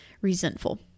resentful